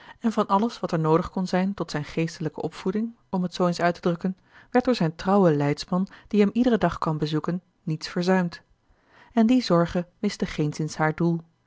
en van alles wat er noodig kon zijn tot zijne geestelijke opvoeding om het zoo eens uit te drukken werd door zijn trouwen leidsman die hem iederen dag kwam bezoeken niets verzuimd en die zorg miste geenszins haar doel